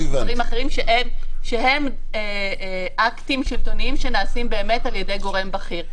דברים אחרים שהם אקטים שלטוניים שנעשים על ידי גורם בכיר.